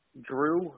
Drew